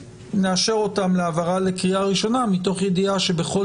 נאשר אותן להעברה לקריאה ראשונה מתוך ידיעה שבכל